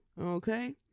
Okay